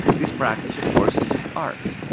this practice of course is an art,